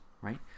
right